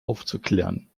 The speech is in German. aufzuklären